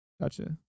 gotcha